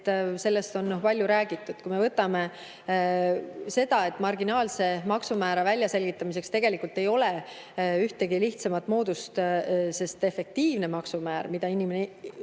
Sellest on palju räägitud. Marginaalse maksumäära väljaselgitamiseks tegelikult ei ole ühtegi lihtsamat moodust, sest efektiivne maksumäär, mida inimene